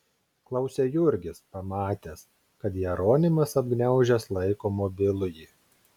klausia jurgis pamatęs kad jeronimas apgniaužęs laiko mobilųjį